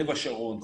לב השרון,